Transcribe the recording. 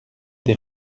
des